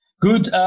Good